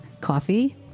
Coffee